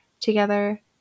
together